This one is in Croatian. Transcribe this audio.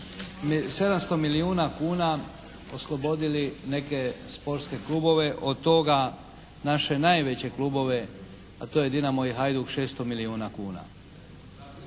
700 milijuna kuna oslobodili neke sportske klubove od toga naše najveće klubove, a to je "Dinamo" i "Hajduk" 600 milijuna kuna.